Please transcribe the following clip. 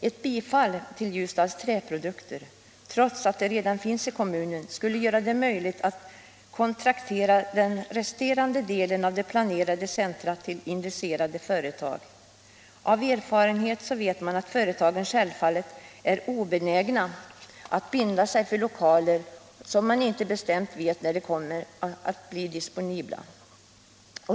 Ett bifall till denna ansökan från Ljusdals Träprodukter — trots att företaget redan finns etablerat i kommunen =— skulle göra det möjligt att kontraktera den resterande delen av det planerade centret till intresserade företag. Av erfarenhet vet man att företagen självfallet är obenägna att binda sig för lokaler om de inte bestämt vet när dessa lokaler blir disponibla.